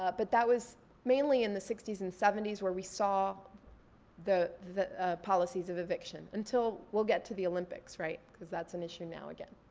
ah but that was mainly in the sixty s and seventy s where we saw the the policies of eviction. until, we'll get to the olympics, right? cause that's an issue now again.